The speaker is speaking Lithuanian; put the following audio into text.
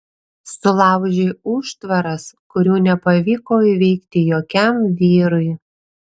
sulaužei užtvaras kurių nepavyko įveikti jokiam vyrui